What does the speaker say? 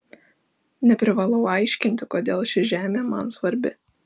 neprivalau aiškinti kodėl ši žemė man svarbi